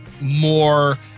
more